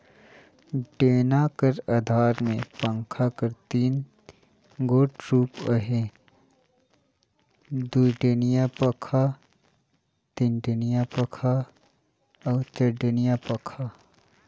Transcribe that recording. डेना कर अधार मे पंखा कर तीन गोट रूप अहे दुईडेनिया पखा, तीनडेनिया पखा अउ चरडेनिया पखा